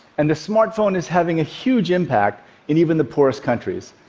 and the smartphone is having a huge impact in even the poorest countries.